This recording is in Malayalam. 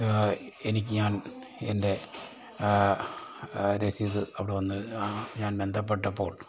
എനിക്ക് ഞാൻ എൻ്റെ രസീത് അവിടെ വന്ന് ഞാൻ ബന്ധപ്പെട്ടപ്പോൾ